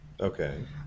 Okay